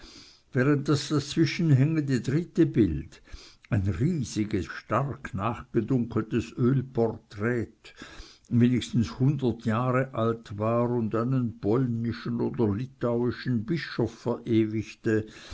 während das dazwischen hängende dritte bild ein riesiges stark nachgedunkeltes ölporträt wenigstens hundert jahre alt war und einen polnischen oder litauischen bischof verewigte